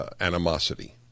animosity